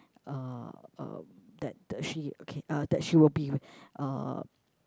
uh uh that the she okay that she will be uh